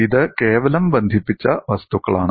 ഇത് കേവലം ബന്ധിപ്പിച്ച വസ്തുക്കളാണ്